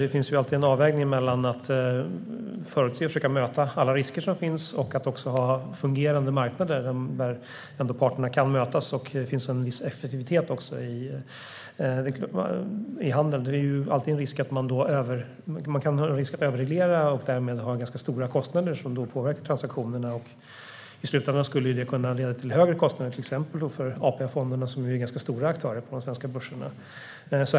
Det finns alltid en avvägning mellan att förutse och försöka möta alla risker, att ha fungerande marknader där parterna kan mötas och att det finns en viss effektivitet i handeln. Det finns en risk för överreglering och därmed stora kostnader som påverkar transaktionerna. I slutändan kan det leda till högre kostnader, till exempel för AP-fonderna som är stora aktörer på de svenska börserna.